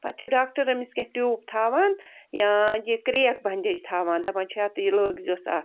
پَتہٕ چھُ ڈاکٹر أمِس کیٚنٛہہ ٹیٛوب تھاوان یا یہِ کرٛیک بنٛڈیج تھاوان دَپان چھُ اَتھ یہِ لٲگزِہوس اَتھ